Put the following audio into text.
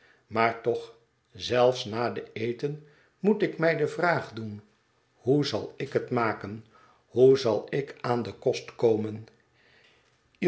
maar toch zelfs na den eten moet ik mij de vraag doen hoe zal ik het maken hoe zal ik aan den kost komen